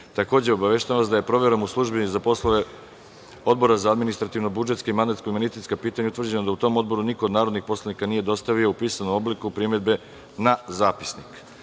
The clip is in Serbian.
obaveštavam vas da je proverom u Službi za poslove Odbora za administrativno-budžetska i mandatno-imunitetska pitanja utvrđeno da u tom odboru niko od narodnih poslanika nije dostavio u pisanom obliku primedbe na zapisnik. Stavljam